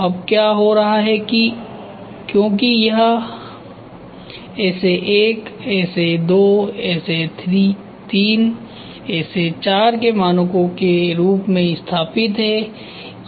अब क्या हो रहा है क्योंकि यह SA1 SA2 SA3 और SA4 के मानकों के रूप में स्थापित है